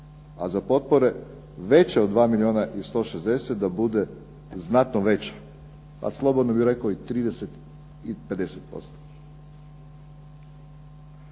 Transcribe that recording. A za potpore veće od 2 milijuna i 160 da bude znatno veća, a slobodno bih rekao i 30 i 50%.